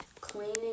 Cleaning